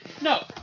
No